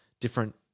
different